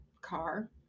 car